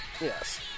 Yes